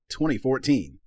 2014